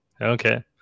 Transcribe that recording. Okay